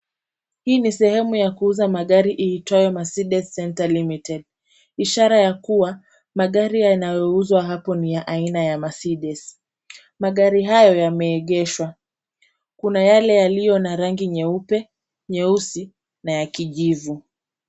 Hii ni sehemu ya kuuza magari iitwayo Mercedes Center Limited. Ishara ya kuwa magari yanayouzwa hapo ni ya aina ya Mercedes. Magari hayo yameegeshwa, Kuna yale yaliyo na rangi nyeupe, nyeusi na ya kijivu.